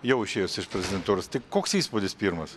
jau išėjęs iš prezidentūros tai koks įspūdis pirmas